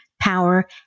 power